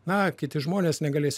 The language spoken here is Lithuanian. na kiti žmonės negalės